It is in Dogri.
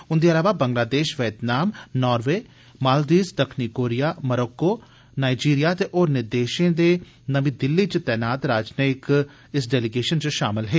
उंदे इलावा बंग्लादेश वियतनाग नार्वे मालदीव दक्खनी कोरिया मोरक्को नाइजीरिया ते होरने देशें दे नमीं दिल्ली च तैनात राजनयिक इस डेलीगेशन च शामल न